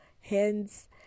hands